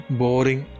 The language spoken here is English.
boring